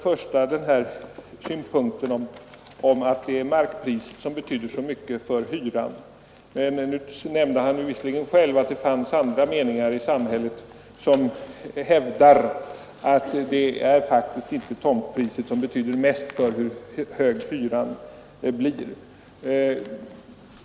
Först till synpunkten att markpriset betyder så mycket för hyran, låt vara att herr Olsson själv nämnde att det finns andra meningar i samhället om det; det finns de som hävdar att tomtpriset inte betyder mest för hur hög hyran blir.